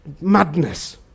madness